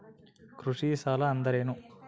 ಕೃಷಿ ಸಾಲ ಅಂದರೇನು?